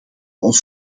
ons